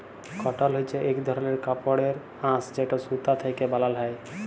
কটল হছে ইক ধরলের কাপড়ের আঁশ যেট সুতা থ্যাকে বালাল হ্যয়